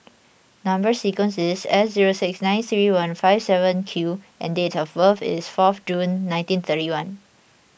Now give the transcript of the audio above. Number Sequence is S zero six nine three one five seven Q and date of birth is fourth June nineteen thirty one